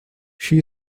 she